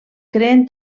creen